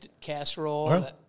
casserole